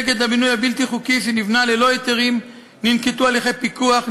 נגד הבינוי הבלתי-חוקי שנבנה ללא היתרים ננקטו הליכי פיקוח,